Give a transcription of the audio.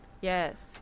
Yes